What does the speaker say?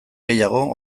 gehiago